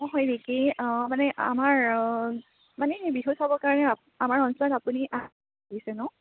অঁ হয় নেকি মানে আমাৰ মানে কাৰণে আমাৰ অঞ্চলত আপুনি আহিছে নহ্